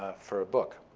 for a book.